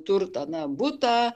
turtą na butą